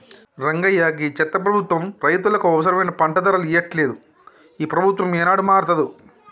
రంగయ్య గీ చెత్త ప్రభుత్వం రైతులకు అవసరమైన పంట ధరలు ఇయ్యట్లలేదు, ఈ ప్రభుత్వం ఏనాడు మారతాదో